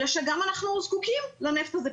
אלא שגם אנחנו זקוקים לנפט הזה.